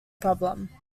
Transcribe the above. problem